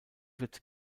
wird